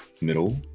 middle